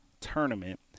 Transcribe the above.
tournament